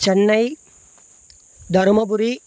Chennai Dharmapuri